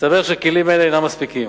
מסתבר שכלים אלה אינם מספיקים,